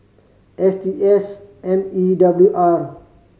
S T S M E W R